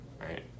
right